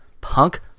punk